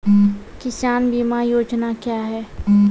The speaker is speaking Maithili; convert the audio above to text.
किसान बीमा योजना क्या हैं?